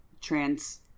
trans